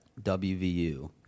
WVU